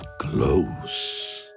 close